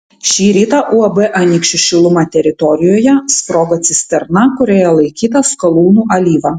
šį rytą uab anykščių šiluma teritorijoje sprogo cisterna kurioje laikyta skalūnų alyva